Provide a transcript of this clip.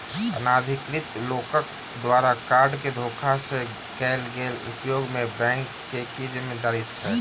अनाधिकृत लोकक द्वारा कार्ड केँ धोखा सँ कैल गेल उपयोग मे बैंकक की जिम्मेवारी छैक?